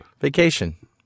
Vacation